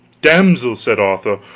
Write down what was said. damsel, said arthur,